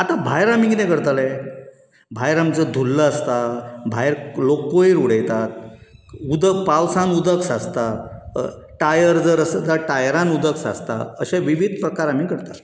आतां भायर आमी कितें करतले भायर आमचो धुल्लो आसता भायर लोक कोयर उडयतात उदक पावसान उदक सांचता टायर जर आसत त्या टायरान उदक सांचता अशे विवीद प्रकार आमी करतात